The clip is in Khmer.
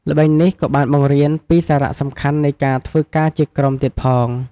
ល្បែងនេះក៏បានបង្រៀនពី សារៈសំខាន់នៃការធ្វើការជាក្រុមទៀតផង។